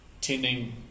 tending